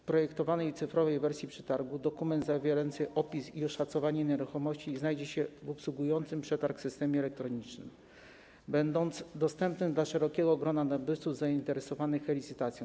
W projektowanej cyfrowej wersji przetargu dokument zawierający opis i oszacowanie wartości nieruchomości znajdzie się w obsługującym przetarg systemie elektronicznym i będzie dostępny dla szerokiego grona nabywców zainteresowanych e-licytacją.